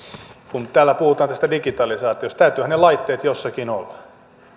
kun täällä puhutaan tästä digitalisaatiosta niin täytyyhän niiden laitteiden jossakin olla